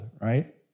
right